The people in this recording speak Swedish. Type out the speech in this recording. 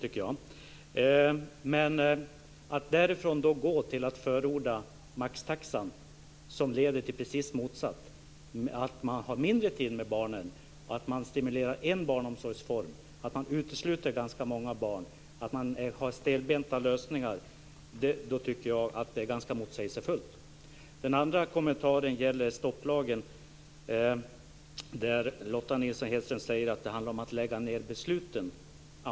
Men det är motsägelsefullt att därifrån gå till att förorda maxtaxa som leder till precis det motsatta, att man har mindre tid med barnen, att man stimulerar en barnomsorgsform, att man utesluter ganska många barn, att man har stelbenta lösningar. För det andra har vi stopplagen. Lotta Nilsson Hedström säger att det handlar om att lägga ned besluten.